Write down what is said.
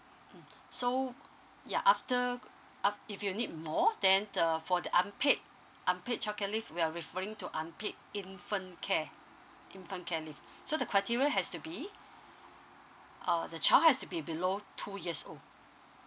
mm so ya after if you need more then for the unpaid unpaid child care leave we are referring to unpaid infant care infant care leave so the criteria has to be uh the child has to be below two years old